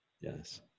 Yes